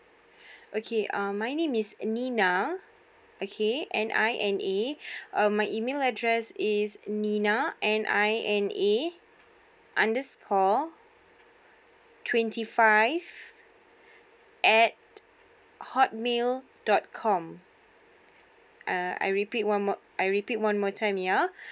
okay um my name is nina okay n i n a um my email address is nina n i n a underscore twenty five at hot mail dot com uh I repeat I repeat one more time ya